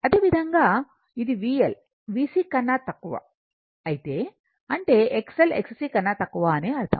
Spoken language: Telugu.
అదేవిధంగా ఇది VL VC కన్నా తక్కువ అయితే అంటే XL Xc కన్నా తక్కువ అని అర్థం